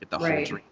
Right